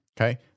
Okay